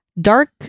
dark